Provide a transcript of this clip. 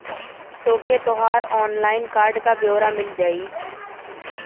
तोके तोहर online card क ब्योरा मिल जाई